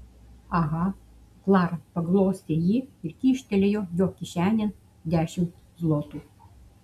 aha klara paglostė jį ir kyštelėjo jo kišenėn dešimt zlotų